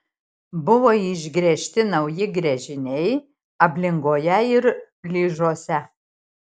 buvo išgręžti nauji gręžiniai ablingoje ir ližiuose